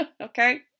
Okay